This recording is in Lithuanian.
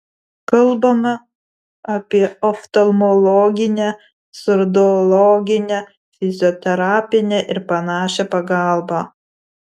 kalbama apie oftalmologinę surdologinę fizioterapinę ir panašią pagalbą